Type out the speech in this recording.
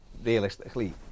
Realistically